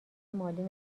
مالی